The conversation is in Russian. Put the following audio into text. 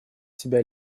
себя